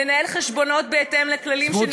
לנהל חשבונות בהתאם לכללים שנהוגים,